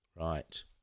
Right